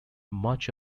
much